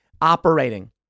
operating